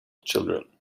children